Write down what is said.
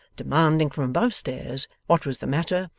demanding from above-stairs what was the matter,